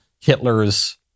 Hitler's